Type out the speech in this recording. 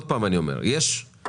אני אומר שוב,